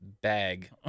bag